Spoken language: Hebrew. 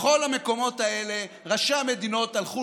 בכל המקומות האלה ראשי המדינות הלכו